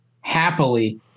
happily